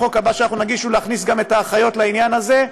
החוק הבא שאנחנו נגיש הוא להכניס גם את האחיות לעניין הזה,